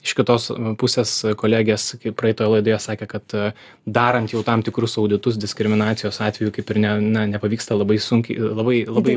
iš kitos pusės kolegės kaip praeitoje laidoje sakė kad darant jau tam tikrus auditus diskriminacijos atvejų kaip ir ne na nepavyksta labai sunkiai labai labai